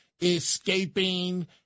escaping